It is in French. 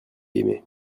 aimé